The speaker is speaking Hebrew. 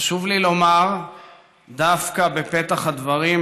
חשוב לי לומר דווקא בפתח הדברים,